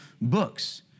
books